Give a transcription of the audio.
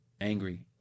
angry